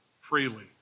freely